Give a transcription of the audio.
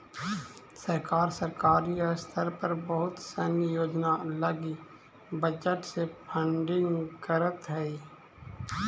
सरकार सरकारी स्तर पर बहुत सनी योजना लगी बजट से फंडिंग करऽ हई